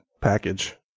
package